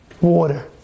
Water